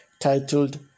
titled